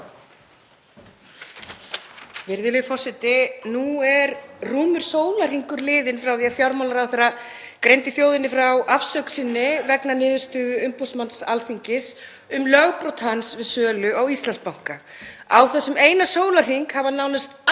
Virðulegi forseti. Nú er rúmur sólarhringur liðinn frá því að fjármálaráðherra greindi þjóðinni frá afsögn sinni vegna niðurstöðu umboðsmanns Alþingis um lögbrot hans við sölu á Íslandsbanka. Á þessum eina sólarhring hafa nánast allir